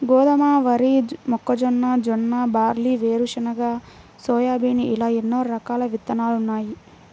గోధుమ, వరి, మొక్కజొన్న, జొన్న, బార్లీ, వేరుశెనగ, సోయాబీన్ ఇలా ఎన్నో రకాల విత్తనాలున్నాయి